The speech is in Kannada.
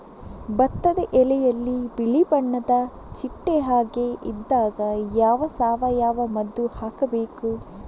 ಭತ್ತದ ಎಲೆಯಲ್ಲಿ ಬಿಳಿ ಬಣ್ಣದ ಚಿಟ್ಟೆ ಹಾಗೆ ಇದ್ದಾಗ ಯಾವ ಸಾವಯವ ಮದ್ದು ಹಾಕಬೇಕು?